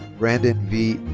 brandon v.